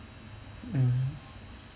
mm